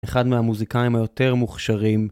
אחד מהמוזיקאים היותר מוכשרים.